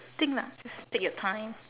think lah just take your time